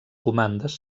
comandes